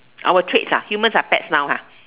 our traits ah humans are pets now ah